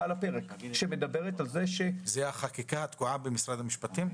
על הפרק שמדברת על כך --- זו החקיקה התקועה במשרד המשפטים?